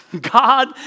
God